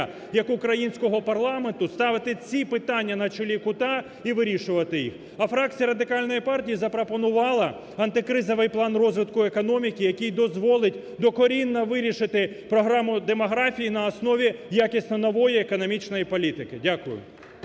як українського парламенту ставити ці питання на чолі кута і вирішувати їх. А фракція Радикальної партії запропонувала антикризований план розвитку економіки, який дозволить докорінно вирішити програму демографії на основі якісно нової економічної політики. Дякую.